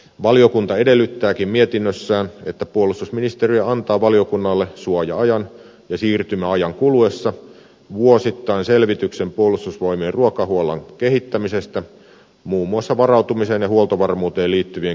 valiokunta edellyttääkin mietinnössään että puolustusministeriö antaa valiokunnalle suoja ajan ja siirtymäajan kuluessa vuosittain selvityksen puolustusvoimien ruokahuollon kehittämisestä muun muassa varautumiseen ja huoltovarmuuteen liittyvien kysymysten osalta